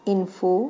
Info